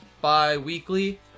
bi-weekly